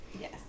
Yes